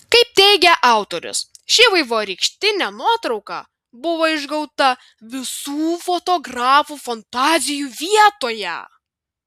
kaip teigia autorius ši vaivorykštinė nuotrauka buvo išgauta visų fotografų fantazijų vietoje